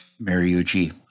Mariucci